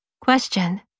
Question